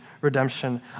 redemption